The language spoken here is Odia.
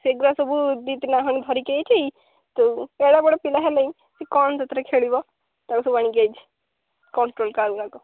ସେଗୁଡ଼ା ସବୁ ଦୁଇ ତିନିଟା ଖଣ୍ଡେ ଧରିକି ଆଇଛି ତ ଏଡ଼ ବଡ଼ ପିଲା ହେଲେଇଁ ସେ କ'ଣ ସେଥିରେ ଖେଳିବ ତାକୁ ସବୁ ଆଣିକି ଯାଇଛି କଣ୍ଟ୍ରୋଲ୍ କାର୍ ଗୁଡ଼ାକ